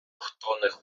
хто